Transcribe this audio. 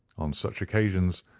on such occasions,